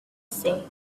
said